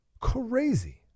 crazy